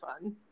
fun